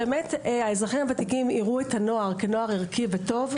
שהאזרחים הוותיקים יראו את הנוער כנוער ערכי וטוב,